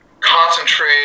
concentrate